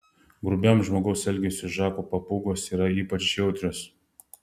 grubiam žmogaus elgesiui žako papūgos yra ypač jautrios